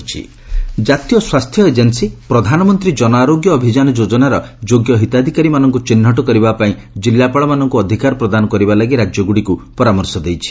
caste census ପିଏମ୍କେଏୱାଇ ଜାତୀୟ ସ୍ୱାସ୍ଥ୍ୟ ଏଜେନ୍ସୀ ପ୍ରଧାନମନ୍ତ୍ରୀ ଜନ ଆରୋଗ୍ୟ ଅଭିଯାନ ଯୋଜନାର ଯୋଗ୍ୟ ହିତାଧିକାରୀମାନଙ୍କୁ ଚିହ୍ନଟ କରିବା ପାଇଁ ଜିଲ୍ଲାପାଳମାନଙ୍କୁ ଅଧିକାର ପ୍ରଦାନ କରିବା ଲାଗି ରାଜ୍ୟଗୁଡ଼ିକୁ ପରାମର୍ଶ ଦେଇଛି